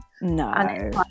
no